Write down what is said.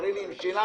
תראי לי אם שילמת?